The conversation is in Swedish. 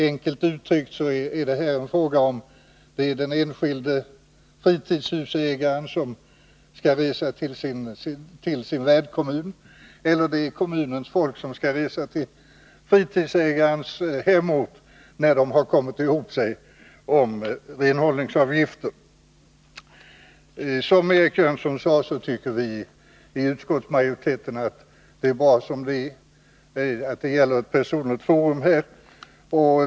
Enkelt uttryckt är frågan om det är den enskilde fritidshusägaren som skall resa till sin värdkommun eller om det är den kommunens tjänstemän som skall resa till fritidshusägarens hemort när intressenterna kommit ihop sig om renhållningsavgifter. Som Eric Jönsson mycket riktigt konstaterade, anser vi inom utskottsmajoriteten att det här gäller ett personligt forum.